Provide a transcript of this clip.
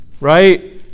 right